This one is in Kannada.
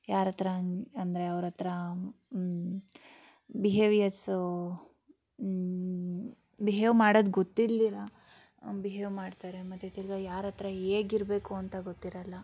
ಯಾರ ಹತ್ರ ಅನ್ನು ಅಂದರೆ ಅವ್ರ ಹತ್ರ ಬಿಹೇವಿಯರ್ಸು ಬಿಹೇವ್ ಮಾಡೋದ್ ಗೊತ್ತಿಲ್ದಿರ ಬಿಹೇವ್ ಮಾಡ್ತಾರೆ ಮತ್ತು ತಿರ್ಗಿ ಯಾರ ಹತ್ರ ಹೇಗಿರ್ಬೇಕು ಅಂತ ಗೊತ್ತಿರೋಲ್ಲ